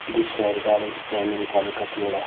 विश्वहरूबारे जस्तै अमेरिकाले कतिवटा